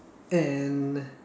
and